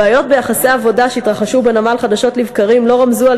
הבעיות ביחסי העבודה שהתרחשו בנמל חדשות לבקרים לא רמזו על